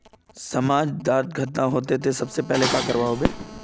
समाज डात घटना होते ते सबसे पहले का करवा होबे?